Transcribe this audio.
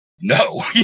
No